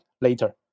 later